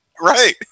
right